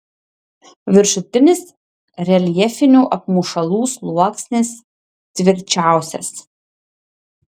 viršutinis reljefinių apmušalų sluoksnis tvirčiausias